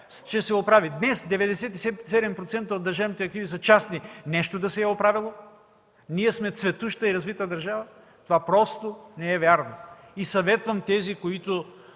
ще се оправи. Днес 97% от държавните активи са частни. Нещо да се е оправило? Ние да сме цветуща и развита държава? Това просто не е вярно. Съветвам тези, които